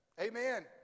Amen